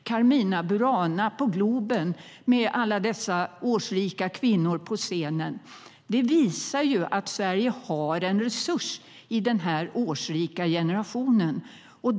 Carmina Burana spelas på Globen med alla dessa årsrika kvinnor på scenen. Det visar ju att Sverige har en resurs i den årsrika generationen.